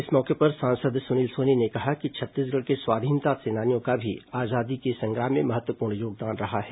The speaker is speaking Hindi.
इस मौके पर सांसद सुनील सोनी ने कहा कि छत्तीसगढ़ के स्वाधीनता सेनानियों का भी आजादी के संग्राम में महत्वपूर्ण योगदान रहा है